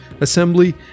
assembly